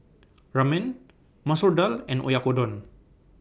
Ramen Masoor Dal and Oyakodon